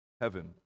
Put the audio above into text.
heaven